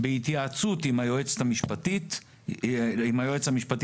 "בהתייעצות עם היועץ המשפטי לממשלה,